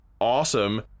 awesome